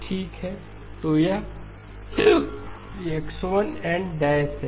ठीक है तो यह X1 n है